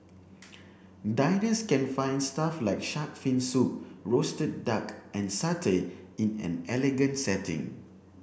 diners can find stuff like shark fin soup roasted duck and satay in an elegant setting